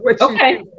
Okay